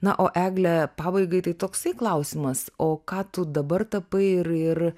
na o egle pabaigai tai toksai klausimas o ką tu dabar tapai ir ir